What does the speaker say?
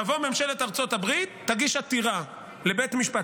תבוא ממשלת ארצות הברית, תגיש עתירה לבית המשפט?